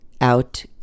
out